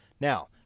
Now